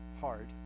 hard